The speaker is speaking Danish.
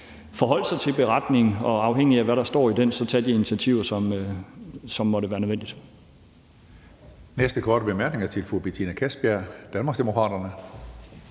forholde sig til beretningen, og at man, afhængigt af hvad der står i den, så kan tage de initiativer, som måtte være nødvendige.